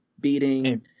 beating